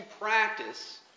practice